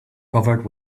covered